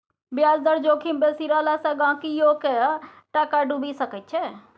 ब्याज दर जोखिम बेसी रहला सँ गहिंकीयोक टाका डुबि सकैत छै